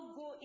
go